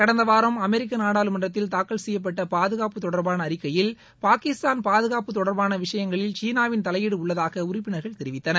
கடந்த வாரம் அமெரிக்க நாடாளுமன்றத்தில் தாக்கல் செய்யப்பட்ட பாதுகாப்பு தொடர்பான அறிக்கையில் பாகிஸ்தான் பாதுகாப்பு தொடர்பான விஷயங்களில் சீனாவின் தலையீடு உள்ளதாக உறுப்பினர்கள் தெரிவித்தனர்